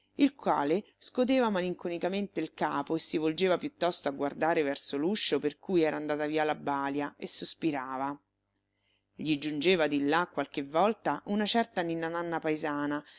il quale scoteva malinconicamente il capo e si volgeva piuttosto a guardare verso l'uscio per cui era andata via la balia e sospirava gli giungeva di là qualche volta una certa ninna-nanna paesana